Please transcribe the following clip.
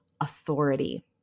authority